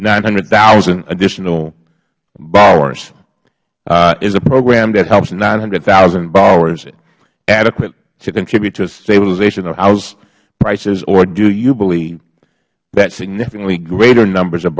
nine hundred thousand additional borrowers is a program that helps nine hundred thousand borrowers adequate to contribute to a stabilization of house prices or do you believe that significantly greater numbers of